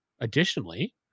Additionally